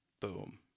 Boom